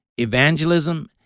Evangelism